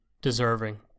deserving